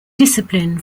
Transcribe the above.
discipline